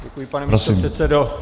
Děkuji, pane místopředsedo.